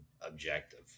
objective